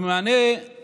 במענה על